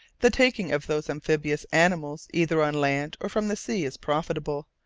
the taking of those amphibious animals either on land or from the sea is profitable,